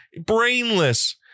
brainless